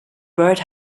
bird